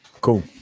Cool